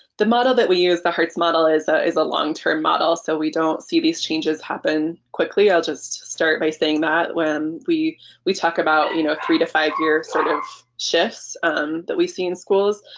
the model that we use the hearts model is ah is a long-term model so we don't see these changes happen quickly. i'll just start by saying that when we we talk about you know three to five years sort of shifts that we see in schools.